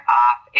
off